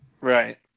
Right